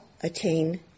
attain